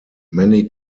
many